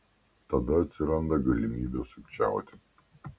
tada atsiranda galimybė sukčiauti